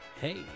Hey